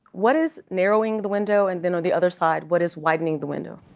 what is narrowing the window, and then on the other side, what is widening the window?